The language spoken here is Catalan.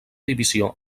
divisió